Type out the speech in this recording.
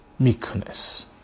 Meekness